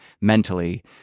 mentally